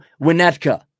Winnetka